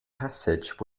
passage